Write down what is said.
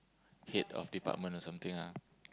head of department or something ah